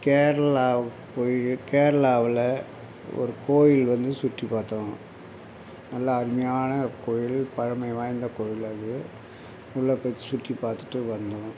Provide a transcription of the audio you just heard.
கேரளா போய் கேரளாவில் ஒரு கோவில் வந்து சுற்றிப்பார்த்தோம் நல்லா அருமையான கோவில் பழமை வாய்ந்த கோவில் அது உள்ளே போய் சுற்றிப்பார்த்துட்டு வந்தோம்